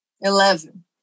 Eleven